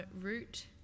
Root